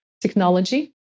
technology